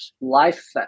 life